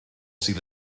sydd